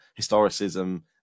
historicism